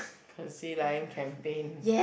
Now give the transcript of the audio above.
courtesy lion campaign